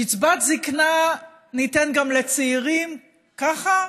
קצבת זקנה ניתן גם לצעירים, ככה,